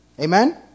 Amen